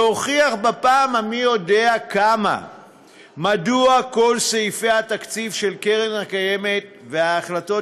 והוכיח בפעם המי-יודע-כמה מדוע כל סעיפי התקציב של הקרן הקיימת וההחלטות